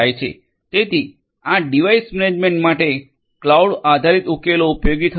તેથી આ device management માટે ક્લાઉડ આધારિત ઉકેલો ઉપયોગી થશે